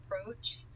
approach